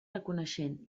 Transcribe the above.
reconeixent